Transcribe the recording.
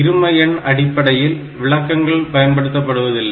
இரும எண் அடிப்படையில் விளக்கங்கள் பயன்படுத்தப்படுவதில்லை